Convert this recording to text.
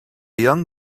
young